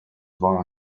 war